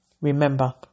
Remember